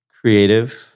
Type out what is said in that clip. creative